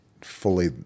fully